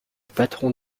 patron